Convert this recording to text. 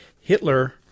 Hitler